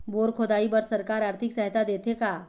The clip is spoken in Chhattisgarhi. बोर खोदाई बर सरकार आरथिक सहायता देथे का?